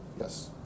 Yes